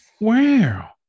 Wow